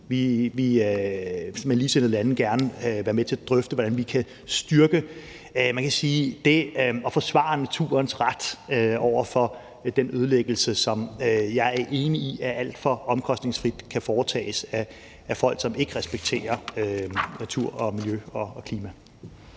lande gerne være med til at drøfte, hvordan vi kan styrke det at forsvare naturens ret over for den ødelæggelse, som jeg er enig i alt for omkostningsfrit kan foretages af folk, som ikke respekterer natur, miljø og klima.